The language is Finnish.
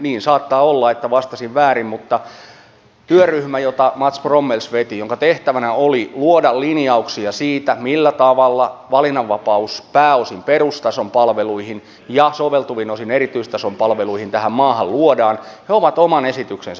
niin saattaa olla että vastasin väärin mutta työryhmä jota mats brommels veti jonka tehtävä oli luoda linjauksia siitä millä tavalla valinnanvapaus pääosin perustason palveluihin ja soveltuvin osin erityistason palveluihin tähän maahan luodaan on oman esityksensä tehnyt